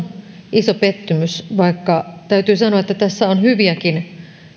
iso pettymys vaikka täytyy sanoa että tässä on hyviäkin